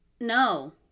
no